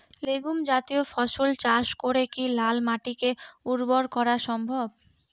Legume জাতীয় ফসল চাষ করে কি লাল মাটিকে উর্বর করা সম্ভব?